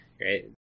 right